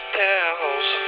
towels